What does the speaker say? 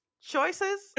choices